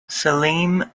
salim